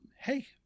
Hey